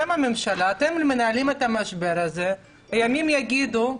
אתם מנהלים את המשבר הזה וימים יגידו,